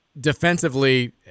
defensively